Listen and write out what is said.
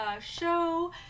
show